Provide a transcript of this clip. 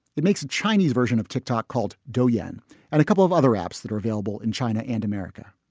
it makes a chinese version of tick-tock called dogen and a couple of other apps that are available in china and america.